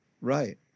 Right